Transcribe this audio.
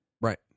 Right